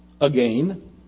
again